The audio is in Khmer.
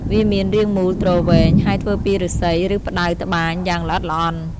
វាមានរាងមូលទ្រវែង ហើយធ្វើពីឫស្សី ឬផ្តៅត្បាញយ៉ាងល្អិតល្អន់។